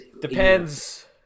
depends